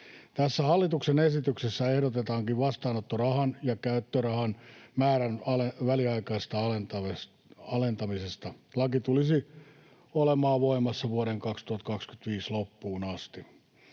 hallituksen esityksessä ehdotetaankin vastaanottorahan ja käyttörahan määrän väliaikaista alentamista. Laki tulisi olemaan voimassa vuoden 2025 loppuun asti.